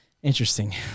interesting